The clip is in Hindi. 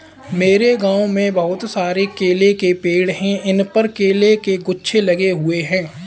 मेरे गांव में बहुत सारे केले के पेड़ हैं इन पर केले के गुच्छे लगे हुए हैं